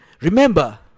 remember